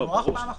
זה מוארך פעם אחת.